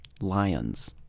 Lions